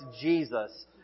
Jesus